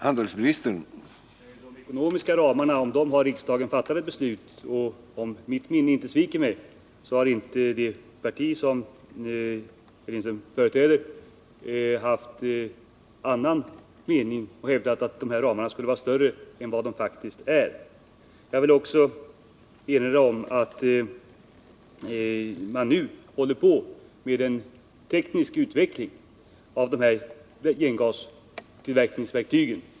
Herr talman! Om de ekonomiska ramarna har riksdagen fattat ett beslut, och om mitt minne inte sviker mig har inte det parti som Ralf Lindström företräder haft annan mening och hävdat att ramarna skulle vara större än de faktiskt är. Jag vill också erinra om att man nu håller på med en teknisk utveckling av gengasverken.